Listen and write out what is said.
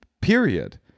period